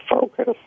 focus